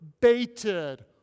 baited